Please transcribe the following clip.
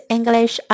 English